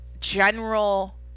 general